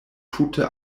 tute